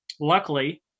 luckily